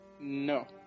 No